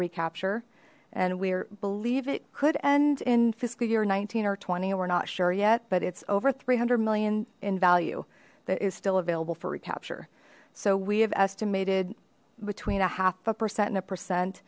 recapture and we believe it could end in fiscal year nineteen or twenty and we're not sure yet but it's over three hundred million in value that is still available for recapture so we have estimated between a half a percent and a percent